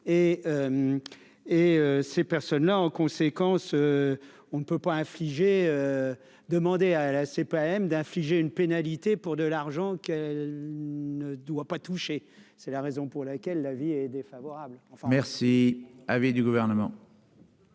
Et ces personnes-là en conséquence. On ne peut pas infliger, demandez à la CPAM d'infliger une pénalité pour de l'argent qui ne doit pas toucher, c'est la raison pour laquelle l'avis est défavorable. C'est. Avis du gouvernement.